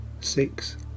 six